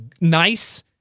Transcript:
nice